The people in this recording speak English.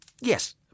Yes